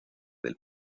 del